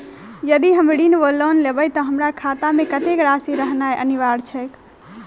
यदि हम ऋण वा लोन लेबै तऽ हमरा खाता मे कत्तेक राशि रहनैय अनिवार्य छैक?